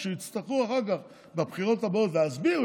כשיצטרכו אחר כך בבחירות הבאות להסביר,